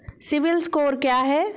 CIBIL score क्या है?